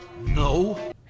No